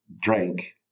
drank